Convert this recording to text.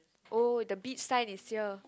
oh the beach sign is here